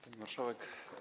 Pani Marszałek!